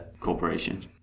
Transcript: corporation